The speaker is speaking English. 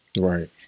Right